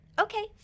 okay